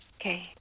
Okay